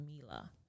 Mila